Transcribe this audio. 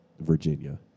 Virginia